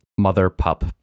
mother-pup